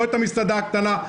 לא את המסעדה הקטנה,